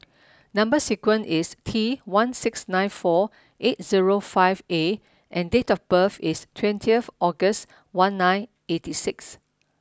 number sequence is T one six nine four eight zero five A and date of birth is twentieth August one nine eighty six